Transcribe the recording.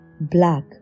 black